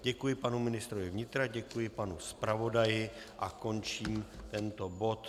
Děkuji panu ministrovi vnitra, děkuji panu zpravodaji a končím tento bod.